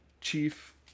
chief